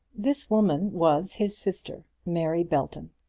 this woman was his sister, mary belton.